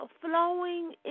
flowing